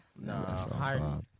no